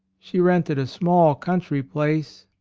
she rented a small country place,